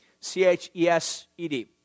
C-H-E-S-E-D